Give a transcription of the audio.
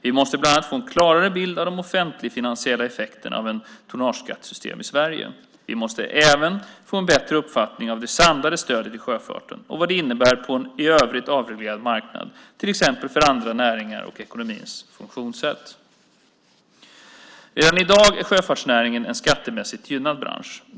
Vi måste bland annat få en klarare bild av de offentligfinansiella effekterna av ett tonnageskattesystem i Sverige. Vi måste även få en bättre uppfattning av det samlade stödet till sjöfarten och vad det innebär på en i övrigt avreglerad marknad, till exempel för andra näringar och ekonomins funktionssätt. Redan i dag är sjöfartsnäringen en skattemässigt gynnad bransch.